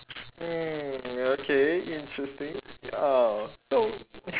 mm okay interesting oh so